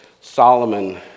Solomon